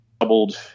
doubled